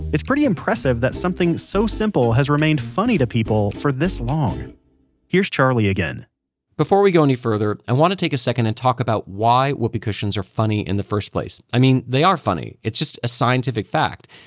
it's pretty impressive that something so simple has remained funny to people for this long here's charlie again before we go any further, i want to take a second and talk about why whoopee cushions are funny in the first place. i mean, they are funny, it's a scientific fact,